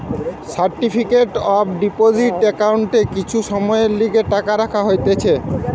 certificate of deposit একাউন্টে কিছু সময়ের লিগে টাকা রাখা হতিছে